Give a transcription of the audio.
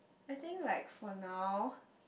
I think like for now